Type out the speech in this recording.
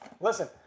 Listen